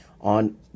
on